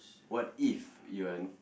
what if you are